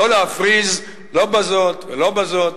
לא להפריז לא בזאת ולא בזאת.